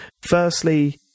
Firstly